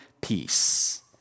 peace